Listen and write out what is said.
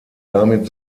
damit